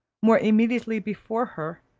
more immediately before her,